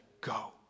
Go